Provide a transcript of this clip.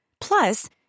Plus